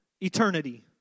eternity